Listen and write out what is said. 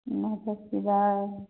मटर की दाल